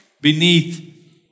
beneath